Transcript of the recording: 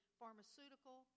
pharmaceutical